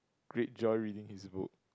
great joy reading his book